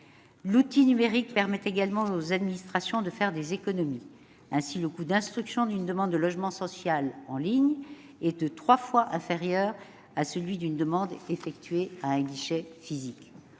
L'outil numérique permet également aux administrations de faire des économies. Ainsi, le coût d'instruction d'une demande de logement social en ligne est trois fois inférieur à celui d'une demande effectuée à un guichet physique.